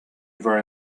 very